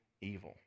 evil